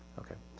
okay.